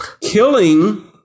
Killing